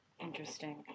Interesting